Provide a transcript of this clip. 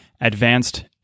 advanced